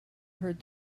heard